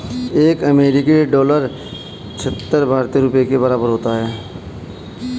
एक अमेरिकी डॉलर छिहत्तर भारतीय रुपये के बराबर होता है